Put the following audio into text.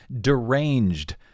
deranged